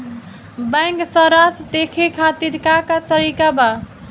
Bank सराश देखे खातिर का का तरीका बा?